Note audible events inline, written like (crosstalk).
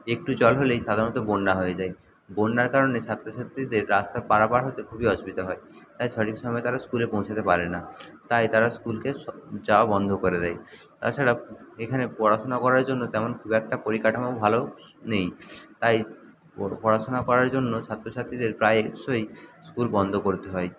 একটু জল হলেই সাধারণত বন্যা হয়ে যায় বন্যার কারণে ছাত্র ছাত্রীদের রাস্তা পারাপার হতে খুবই অসুবিধা হয় তাই সঠিক সময়ে তারা স্কুলে পৌঁছাতে পারে না তাই তারা স্কুলকে (unintelligible) যাওয়া বন্ধ করে দেয় তাছাড়া এখানে পড়াশোনা করার জন্য তেমন খুব একটা পরিকাঠামো ভালো নেই তাই (unintelligible) পড়াশোনা করার জন্য ছাত্র ছাত্রীদের প্রায়শই স্কুল বন্ধ করতে হয়